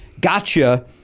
gotcha